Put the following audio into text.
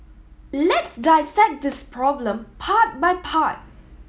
let's dissect this problem part by part